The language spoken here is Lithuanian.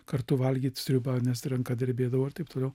kartu valgyt sriubą nes ranka drebėdavo ir taip toliau